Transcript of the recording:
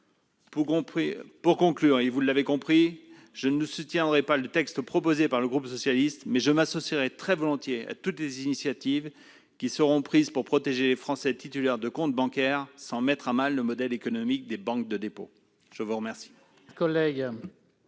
protectrices. Vous l'aurez compris, je ne soutiendrai pas le texte proposé par le groupe socialiste, mais je m'associerai très volontiers à toutes les initiatives qui seront prises pour protéger les Français titulaires de comptes bancaires, sans mettre à mal le modèle économique des banques de dépôt. La parole